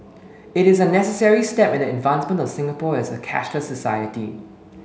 it is a necessary step in the advancement of Singapore as a cashless society